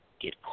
get